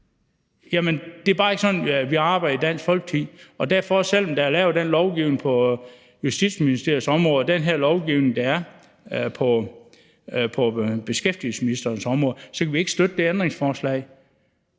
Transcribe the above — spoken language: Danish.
Det er bare ikke sådan, vi arbejder i Dansk Folkeparti, og derfor, selv om der er lavet den her lovgivning på Justitsministeriets område og på beskæftigelsesministerens område, så kan vi ikke støtte det ændringsforslag.